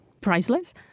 priceless